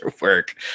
work